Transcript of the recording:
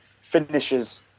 finishes